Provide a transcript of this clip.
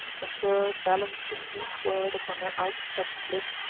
as twere balancing each word upon their out-stretched lip,